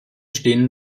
stehen